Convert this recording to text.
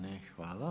Ne, hvala.